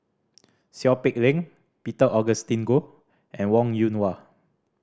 Seow Peck Leng Peter Augustine Goh and Wong Yoon Wah